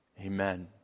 Amen